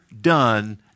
done